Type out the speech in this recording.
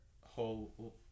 whole